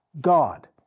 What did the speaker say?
God